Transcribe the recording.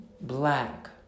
black